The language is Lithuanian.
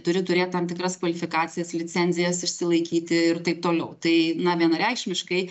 turi turėt tam tikras kvalifikacijas licencijas išsilaikyti ir taip toliau tai na vienareikšmiškai